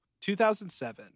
2007